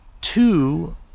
two